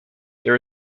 there